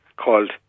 called